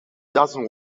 doesn’t